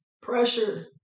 pressure